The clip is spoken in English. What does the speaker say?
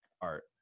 art